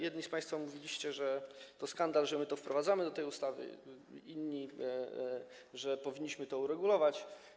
Jedni z państwa mówili, że to skandal, że my to wprowadzamy do tej ustawy, inni - że powinniśmy to uregulować.